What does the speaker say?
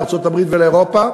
לארצות-הברית ולאירופה.